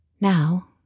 Now